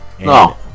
No